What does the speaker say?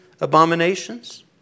abominations